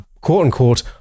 quote-unquote